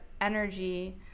energy